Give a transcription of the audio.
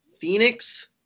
Phoenix